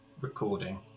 recording